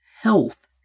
health